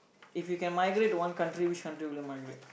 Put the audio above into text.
if you can migrate to one country which country would you migrate